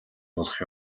болох